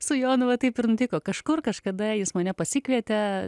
su jonu va taip ir nutiko kažkur kažkada jis mane pasikvietė